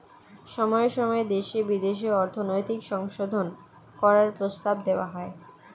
সময়ে সময়ে দেশে বিদেশে অর্থনৈতিক সংশোধন করার প্রস্তাব দেওয়া হয়